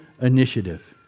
initiative